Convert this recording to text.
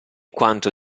quanto